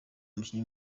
umukinnyi